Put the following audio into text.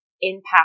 impact